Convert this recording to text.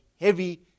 heavy